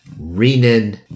renin